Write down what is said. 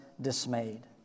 dismayed